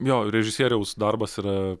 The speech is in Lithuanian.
jo režisieriaus darbas yra